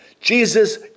Jesus